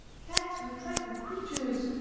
cats are dreadful creatures!